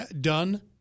done